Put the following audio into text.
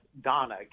Donna